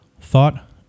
Thought